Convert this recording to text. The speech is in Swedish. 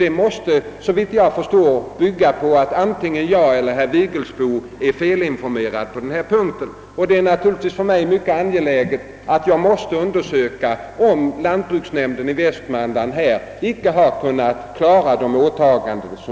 Detta måste såvitt jag förstår betyda att antingen herr Vigelsbo eller jag är felinformerad. Det är naturligvis för mig mycket angeläget att undersöka om lantbruksnämnden i Västmanland icke har kunnat fullfölja sina åtaganden.